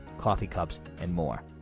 coffee cups, and more.